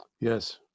Yes